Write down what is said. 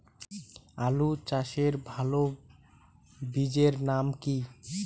আলু চাষের ভালো বীজের নাম কি?